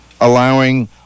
allowing